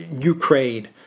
Ukraine